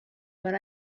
but